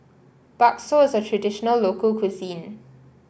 Bakso is a traditional local cuisine